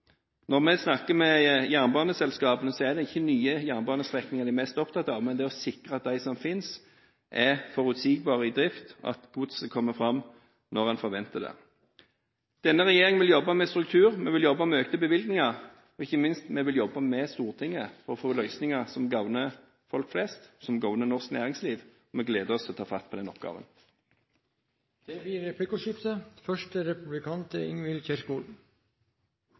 Når vi snakker med jernbaneselskapene, er det ikke nye jernbanestrekninger de er mest opptatt av, men det er å sikre at de som finnes, er forutsigbare i drift – at godset kommer fram når man forventer det. Denne regjeringen vil jobbe med struktur, vi vil jobbe med økte bevilgninger, og ikke minst vil vi jobbe med Stortinget for å få løsninger som gagner folk flest og norsk næringsliv. Og vi gleder oss til å ta fatt på den oppgaven. Det blir replikkordskifte.